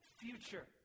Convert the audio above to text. future